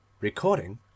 Recording